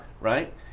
right